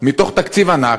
מתוך תקציב ענק,